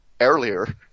earlier